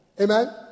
Amen